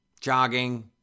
Jogging